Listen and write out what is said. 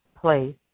place